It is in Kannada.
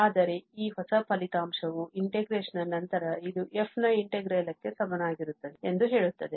ಆದರೆ ಈ ಹೊಸ ಫಲಿತಾಂಶವು integration ನ ನಂತರ ಇದು f ನ integral ಕ್ಕೆ ಸಮನಾಗಿರುತ್ತದೆ ಎಂದು ಹೇಳುತ್ತದೆ